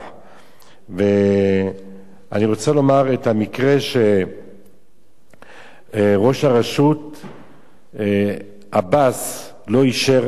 אני רוצה לציין את המקרה שראש הרשות עבאס לא אישר הוצאה להורג